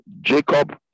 Jacob